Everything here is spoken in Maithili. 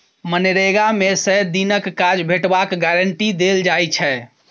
मनरेगा मे सय दिनक काज भेटबाक गारंटी देल जाइ छै